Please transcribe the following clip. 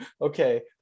okay